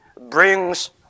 brings